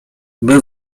był